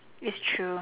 it's true